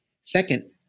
Second